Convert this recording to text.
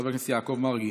חבר הכנסת יעקב מרגי,